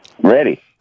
Ready